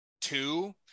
two